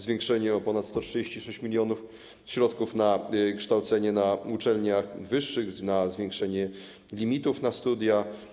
Zwiększenie o ponad 136 mln środków na kształcenie na uczelniach wyższych, zwiększenie limitów na studia.